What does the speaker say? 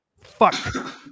fuck